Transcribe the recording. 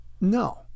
no